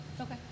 Okay